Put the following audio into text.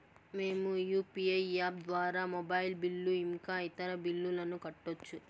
మేము UPI app ద్వారా mobile bill ఇంకా ఇతర బిల్లులను కట్టొచ్చు